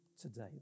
today